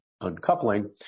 uncoupling